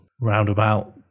roundabout